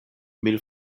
mil